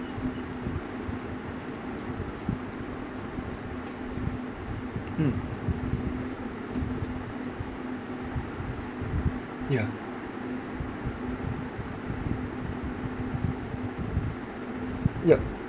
mm yeah yup